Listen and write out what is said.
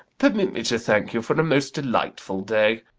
permit me to thank you for a most delightful day.